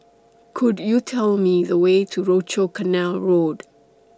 Could YOU Tell Me The Way to Rochor Canal Road